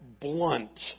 blunt